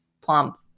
plump